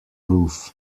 roof